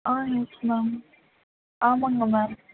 ஆ yes ma'am ஆமாம்ங்க ma'am